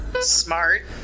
Smart